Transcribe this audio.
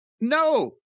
No